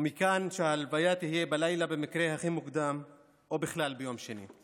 ומכאן שההלוויה תהיה בלילה במקרה הכי מוקדם או בכלל ביום שני.